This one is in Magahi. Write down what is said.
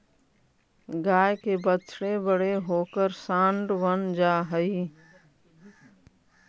गाय के बछड़े बड़े होकर साँड बन जा हई